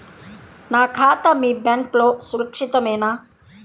నా ఖాతా మీ బ్యాంక్లో సురక్షితమేనా?